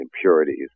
impurities